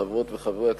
חברות וחברי הכנסת,